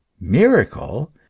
Miracle